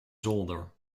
zolder